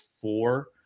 four